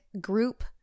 group